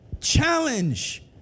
Challenge